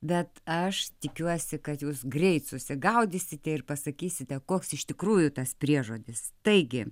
bet aš tikiuosi kad jūs greit susigaudysite ir pasakysite koks iš tikrųjų tas priežodis taigi